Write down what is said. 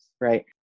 right